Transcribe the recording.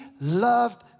loved